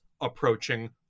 approaching